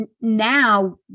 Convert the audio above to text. now